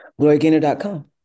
GloriaGainer.com